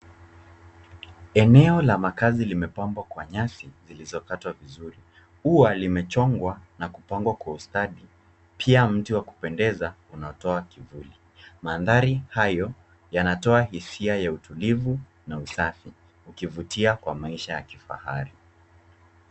Eneo la makazi limepambwa kwa nyasi zilizokatwa vizuri, ua limechongwa na kupangwa kwa ustadi pia mti wa kupendeza unatoa kivuli. Mandhari hayo yanatoa hisia ya utulivu na usafi ukuvitia kwa maisha ya kifahari.